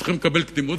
צריכים לקבל קדימות,